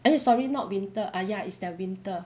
eh sorry not winter ah ya is their winter